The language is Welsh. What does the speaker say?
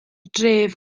dref